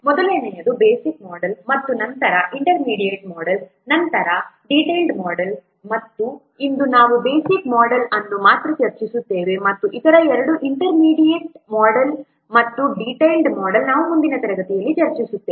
ಮೊದಲನೆಯದು basic model ನಂತರ intermediate model ನಂತರ ಡೀಟೈಲ್ಡ್ ಮೋಡೆಲ್ ಮತ್ತು ಇಂದು ನಾವು ಬೇಸಿಕ್ ಮೊಡೆಲ್ ಅನ್ನು ಮಾತ್ರ ಚರ್ಚಿಸುತ್ತೇವೆ ಮತ್ತು ಇತರ ಎರಡು ಇಂಟರ್ ಮೀಡಿಯಟ್ ಮೋಡೆಲ್ ಮತ್ತು ಡೀಟೈಲ್ಡ್ ಮೋಡೆಲ್ ನಾವು ಮುಂದಿನ ತರಗತಿಯಲ್ಲಿ ಚರ್ಚಿಸುತ್ತೇವೆ